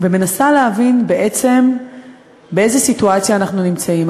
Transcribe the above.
ומנסה להבין בעצם באיזו סיטואציה אנחנו נמצאים.